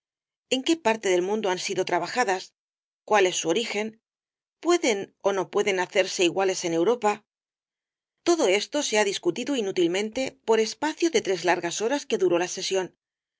en qué parte del mundo han sido trabajadas cuál es su origen pueden ó no pueden hacerse iguales en europa todo esto se ha discutido inútilmente por espacio de rosalía de castro tres largas horas que duró la sesión